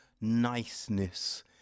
niceness